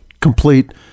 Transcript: complete